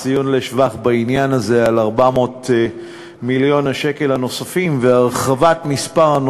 ציון לשבח בעניין הזה על 400 מיליון השקל הנוספים ועל הרחבת מספר,